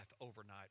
overnight